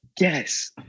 Yes